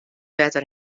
wetter